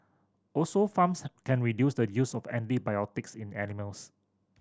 also farms can reduce the use of antibiotics in animals